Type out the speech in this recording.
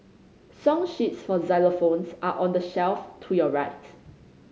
song sheets for xylophones are on the shelf to your right